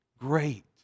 great